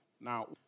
Now